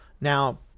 Now